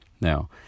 Now